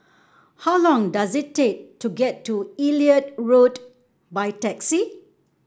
how long does it take to get to Elliot Road by taxi